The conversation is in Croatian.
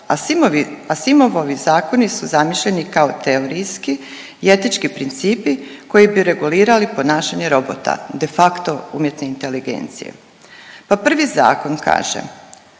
Asimovovi zakoni su zamišljeni kao teorijski i etički principi koji bi regulirali ponašanje robota, de facto umjetne inteligencije. Pa prvi zakon kaže,